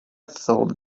thought